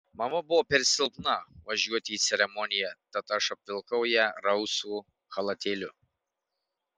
mama buvo per silpna važiuoti į ceremoniją tad aš apvilkau ją rausvu chalatėliu